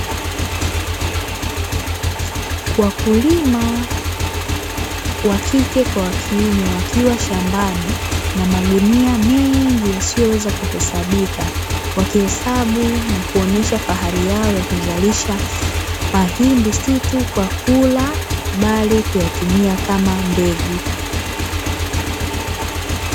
Wakulima wa kike kwa wa kiume wakiwa shambani na magunia mengi yasiyoweza kuhesabika wakihesabu na kuonesha fahari yao ya kuzalisha mahindi si tu kwa kula bali kuyatumia kama mbegu